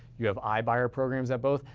you have i-buyer programs at both.